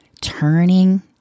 turning